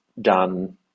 done